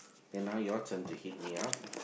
then now your turn to hit me up